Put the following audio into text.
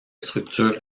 structures